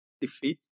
defeat